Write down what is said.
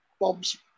Bob's